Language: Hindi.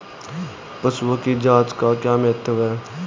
पशुओं की जांच का क्या महत्व है?